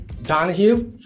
Donahue